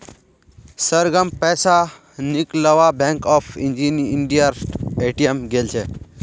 सरगम पैसा निकलवा बैंक ऑफ इंडियार ए.टी.एम गेल छ